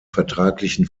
vertraglichen